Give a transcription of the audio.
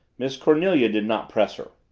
miss cornelia did not press her.